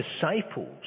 disciples